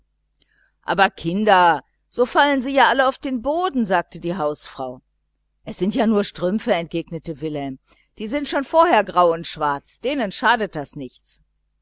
aber kinder so fallen sie ja alle auf den boden sagte die hausfrau es sind ja nur strümpfe entgegnete wilhelm die sind schon vorher grau und schwarz denen schadet das nichts